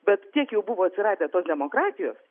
bet tiek jau buvo atsiradę tos demokratijos